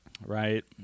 Right